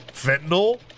fentanyl